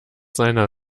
seiner